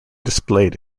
displayed